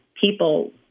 people